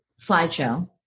slideshow